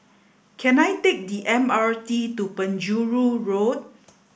can I take the M R T to Penjuru Road